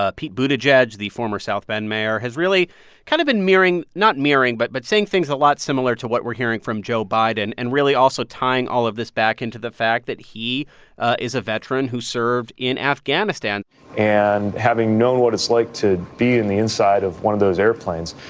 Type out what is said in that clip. ah pete buttigieg, the former south bend mayor, has really kind of been mirroring not mirroring, but but saying things a lot similar to what we're hearing from joe biden and really also tying all of this back into the fact that he is a veteran who served in afghanistan and having known what it's like to be in the inside of one of those airplanes,